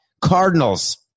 Cardinals